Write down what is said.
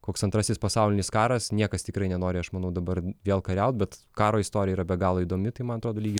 koks antrasis pasaulinis karas niekas tikrai nenori aš manau dabar vėl kariaut bet karo istorija yra be galo įdomi tai man atrodo lygiai